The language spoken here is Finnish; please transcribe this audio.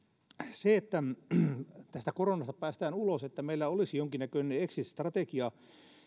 se että tästä koronasta päästään ulos että meillä olisi jonkinnäköinen exit strategia